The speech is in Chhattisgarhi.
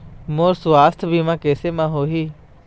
मोर सुवास्थ बीमा कैसे म होही?